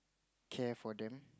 care for them